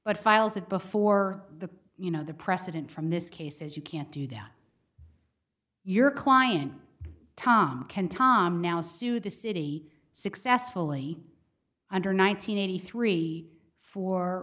but files it before the you know the precedent from this case is you can't do that your client tom can tom now sue the city successfully under nine hundred eighty three fo